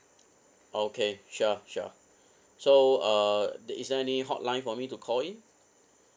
okay sure sure so uh there is there any hotline for me to call in